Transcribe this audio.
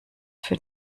für